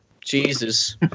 Jesus